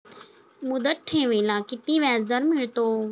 मुदत ठेवीला किती व्याजदर मिळतो?